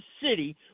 city